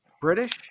british